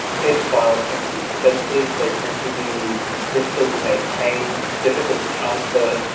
paper files tend to be expensive, they tend to be difficult to maintain, difficult to transfer,